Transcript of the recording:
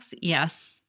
yes